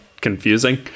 confusing